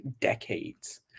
decades